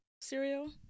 cereal